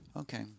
Okay